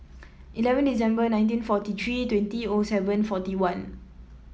eleven December nineteen forty three twenty O seven forty one